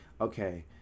okay